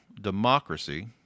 Democracy